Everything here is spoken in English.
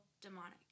demonic